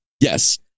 Yes